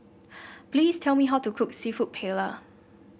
please tell me how to cook seafood Paella